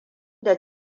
da